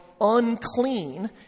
unclean